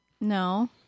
no